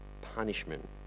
punishment